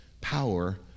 power